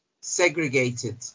Segregated